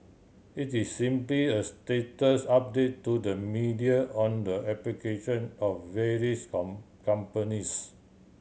it's is simply a status update to the media on the application of various companies